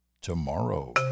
tomorrow